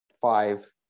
five